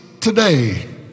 today